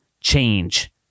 change